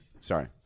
Sorry